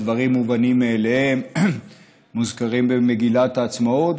הם דברים מובנים מאליהם ומוזכרים במגילת העצמאות.